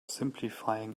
simplifying